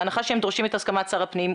בהנחה שנדרשת הסכמת שר הפנים,